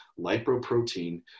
lipoprotein